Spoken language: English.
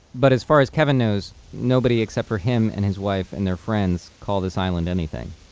but as far as kevin knows, nobody except for him and his wife, and their friends call this island anything.